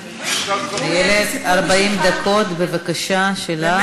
איילת, 40 דקות, בבקשה, שלך.